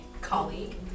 colleague